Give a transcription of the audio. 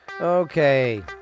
Okay